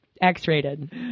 X-rated